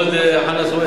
כבוד חנא סוייד.